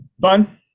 Fun